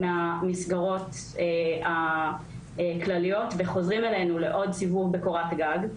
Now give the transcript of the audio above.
מהמסגרות הכלליות וחוזרים אלינו לעוד סיבוב בקורת גג.